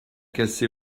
cassé